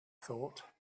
thought